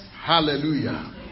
Hallelujah